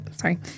sorry